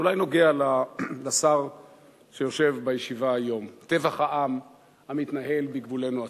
שאולי נוגע לשר שיושב בישיבה היום: טבח העם המתנהל בגבולנו הצפוני.